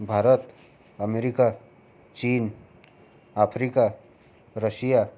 Bharat America चीन Africa Russia